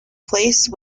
place